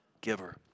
giver